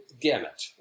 gamut